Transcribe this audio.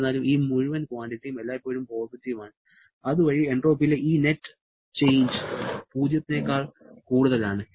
എന്നിരുന്നാലും ഈ മുഴുവൻ ക്വാണ്ടിറ്റിയും എല്ലായ്പ്പോഴും പോസിറ്റീവ് ആണ് അതുവഴി എൻട്രോപ്പിയിലെ ഈ നെറ്റ് ചേഞ്ച് 0 നേക്കാൾ കൂടുതലാണ്